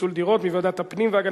פיצול דירות) (הוראת שעה) מוועדת הפנים והגנת